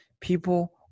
people